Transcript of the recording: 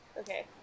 Okay